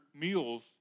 meals